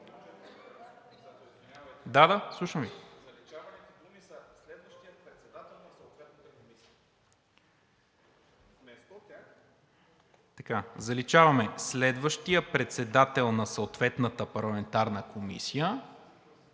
Заличаваме „следващия председател на съответната парламентарна комисия“.